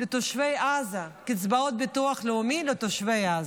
לתושבי עזה, קצבאות ביטוח לאומי לתושבי עזה.